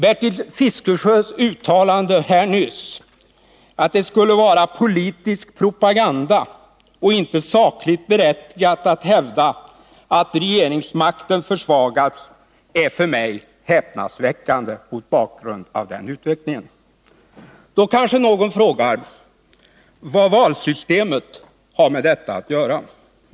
Bertil Fiskesjös uttalande nyss, att det skulle vara politisk propaganda och inte sakligt berättigat att hävda att regeringsmakten försvagats, är för mig häpnadsväckande mot bakgrund av den utvecklingen. Då kanske någon frågar vad valsystemet har med detta att göra.